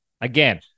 Again